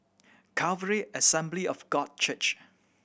Calvary Assembly of God Church